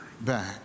back